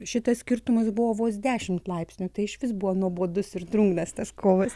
šitas skirtumas buvo vos dešim laipsnių tai išvis buvo nuobodus ir drungnas tas kovas